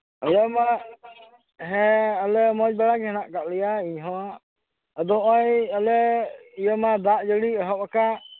ᱟᱞᱮ ᱢᱟ ᱦᱮᱸ ᱟᱞᱮ ᱢᱚᱸᱡᱽ ᱵᱟᱲᱟ ᱜᱮ ᱦᱮᱱᱟᱜ ᱠᱟᱜ ᱞᱮᱭᱟ ᱤᱧ ᱦᱚᱸ ᱟᱫᱚ ᱱᱚᱜ ᱚᱸᱭ ᱟᱞᱮ ᱤᱭᱟᱹᱢᱟ ᱫᱟᱜ ᱡᱟᱹᱲᱤ ᱮᱦᱚᱵ ᱟᱠᱟᱜ